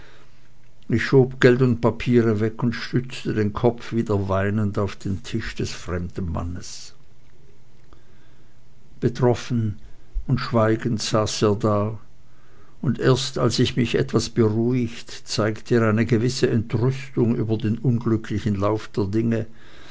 ich schob geld und papiere weg und stützte den kopf wieder weinend auf den tisch des fremden mannes betroffen und schweigend saß er da und erst als ich mich etwas beruhigt zeigte er eine gewisse entrüstung über den unglücklichen verlauf der dinge